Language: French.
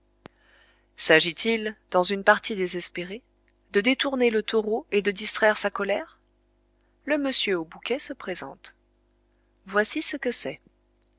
s'agit-il dans une partie désespérée de détourner le taureau et de distraire sa colère le monsieur au bouquet se présente voici ce que c'est